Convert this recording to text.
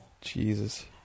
Jesus